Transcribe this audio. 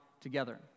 together